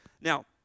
now